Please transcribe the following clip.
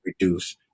reduce